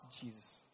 Jesus